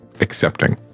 accepting